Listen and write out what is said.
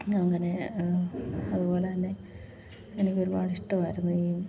അങ്ങനെ അതുപോലെ തന്നെ എനിക്കൊരുപാട് ഇഷ്ടവായിരുന്നു ഈ